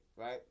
right